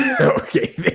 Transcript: Okay